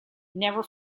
never